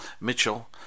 Mitchell